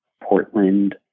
Portland